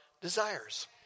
desires